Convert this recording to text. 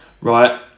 right